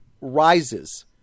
rises